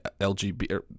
lgbt